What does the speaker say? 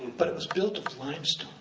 but it was built of limestone,